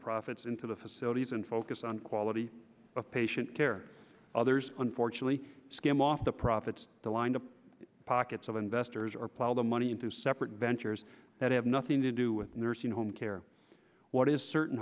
profits into the facilities and focus on quality of patient care others unfortunately skim off the profits to line the pockets of investors or plough the money into separate ventures that have nothing to do with nursing home care what is certain